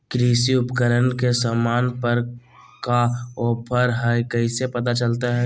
कृषि उपकरण के सामान पर का ऑफर हाय कैसे पता चलता हय?